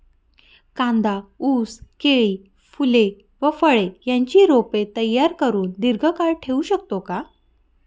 कांदा, ऊस, केळी, फूले व फळे यांची रोपे तयार करुन दिर्घकाळ ठेवू शकतो का?